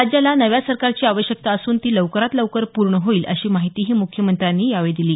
राज्याला नव्या सरकारची आवश्यकता असून ती लवकरात लवकर पूर्ण होईल अशी माहितीही मुख्यमंत्र्यांनी यावेळी दिली